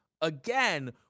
again